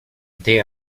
they